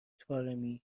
طارمی